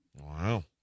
Wow